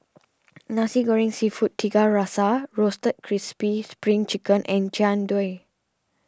Nasi Goreng Seafood Tiga Rasa Roasted Crispy Spring Chicken and Jian Dui